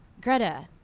Greta